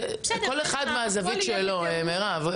כל אחד מהזווית שלו, מירב.